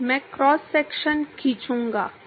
मैं cross section खींचूंगा